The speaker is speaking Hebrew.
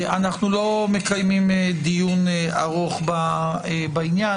אנחנו לא מקיימים דיון ארוך בעניין,